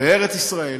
"בארץ-ישראל